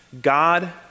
God